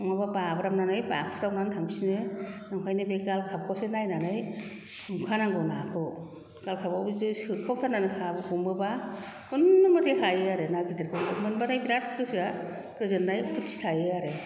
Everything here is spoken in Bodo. नङाबा बाब्राबनानै बाखुदावनानै थांफिनो ओंखायनो बे गालखाबखौसो नायनानै हमखानांगौ नाखौ गालखाबाव बिदिनो सोखावथारनानै थाब हमोबा खुनुमथे हायो आरो ना गिदिरखौ मोनबाथाय बिराद गोसोआ गोजोननाय फुथि थायो आरो